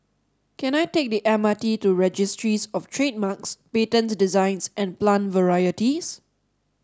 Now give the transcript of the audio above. can I take the M R T to Registries Of Trademarks Patents Designs and Plant Varieties